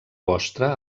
vostra